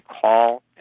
call